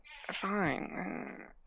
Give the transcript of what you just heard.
fine